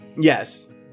Yes